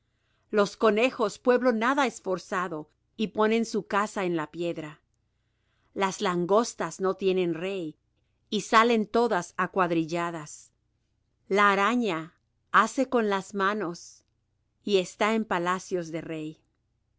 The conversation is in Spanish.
los conejos pueblo nada esforzado y ponen su casa en la piedra las langostas no tienen rey y salen todas acuadrilladas la araña ase con las manos y está en palacios de rey